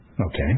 Okay